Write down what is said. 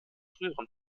früheren